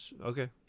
Okay